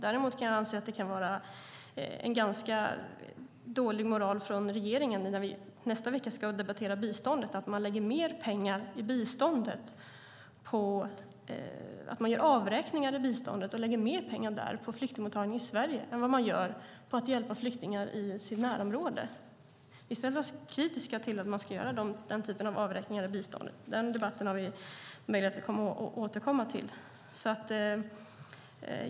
Däremot kan jag anse att det kan vara en ganska dålig moral från regeringen när vi nästa vecka ska debattera bistånd att man gör avräkningar på biståndet och lägger ned mer pengar på flyktingmottagningen i Sverige än vad man gör på att hjälpa flyktingar i deras närområde. Vi ställer oss kritiska till att man ska göra denna typ av avräkningar i biståndet. Den debatten har vi möjlighet att återkomma till.